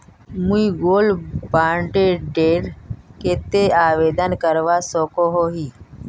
मुई gold bond डेर केते आवेदन करवा सकोहो ही?